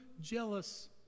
jealous